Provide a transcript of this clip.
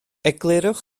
eglurwch